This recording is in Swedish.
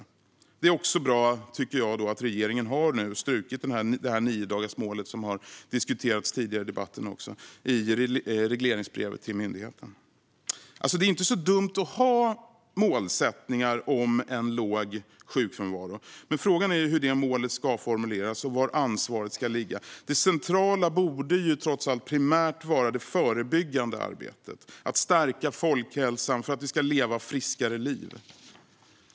Jag tycker också att det är bra att regeringen har strukit det niodagarsmål som har diskuterats tidigare i debatten i regleringsbrevet till myndigheten. Det är inte så dumt att ha målsättningar om en låg sjukfrånvaro, men frågan är hur detta mål ska formuleras och var ansvaret ska ligga. Det centrala borde ju trots allt primärt vara det förebyggande arbetet, att stärka folkhälsan för att vi ska leva friskare liv.